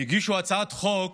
הגישו הצעת חוק